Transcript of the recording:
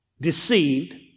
deceived